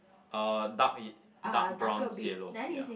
uh dark ye~ dark bronze yellow ya